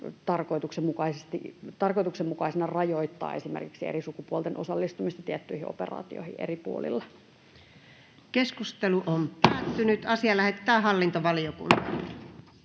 tarkoituksenmukaisena rajoittaa esimerkiksi eri sukupuolten osallistumista tiettyihin operaatioihin eri puolilla. Lähetekeskustelua varten esitellään päiväjärjestyksen 8.